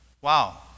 Wow